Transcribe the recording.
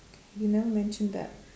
you never mentioned that